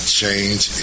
change